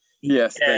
Yes